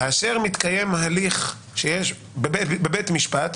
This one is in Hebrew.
כאשר מתקיים הליך בבית משפט,